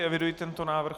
Eviduji tento návrh.